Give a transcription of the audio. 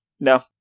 No